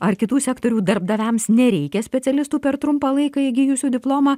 ar kitų sektorių darbdaviams nereikia specialistų per trumpą laiką įgijusių diplomą